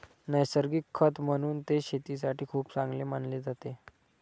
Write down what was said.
नैसर्गिक खत म्हणून ते शेतीसाठी खूप चांगले मानले जाते